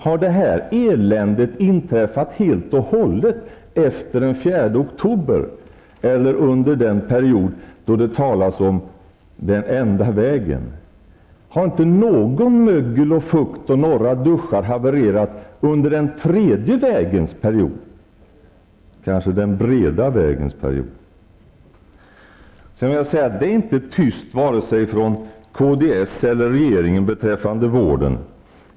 Har det här eländet inträffat helt och hållet efter den 4 oktober, under den period då det talas om den enda vägen? Har inte några mögeleller fuktskador funnits och duschar havererat under den tredje vägens period, kanske den breda vägens period? Jag vill påstå att det inte är tyst från vare sig kds eller regeringen beträffande vården.